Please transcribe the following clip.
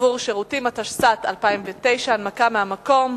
עבור שירותים), התשס"ט 2009. הנמקה מהמקום.